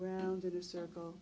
grounded a circle